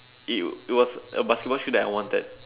it it was a basketball shoe that I wanted